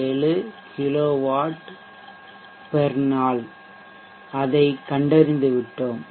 7 kilowatt நாள் அதைக் கண்டறிந்துவிட்டோம்